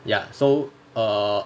ya so err